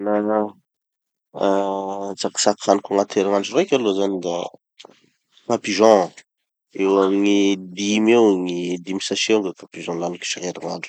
ah tsakitsaky haniko agnaty herignandro raiky aloha zany da caca pigeons, eo amy gny dimy eo gny dimy sachet eo gny caca pigeons laniko isan-kerignandro.